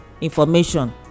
information